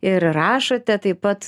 ir rašote taip pat